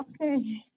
Okay